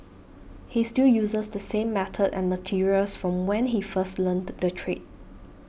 he still uses the same method and materials from when he first learnt the trade